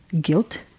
guilt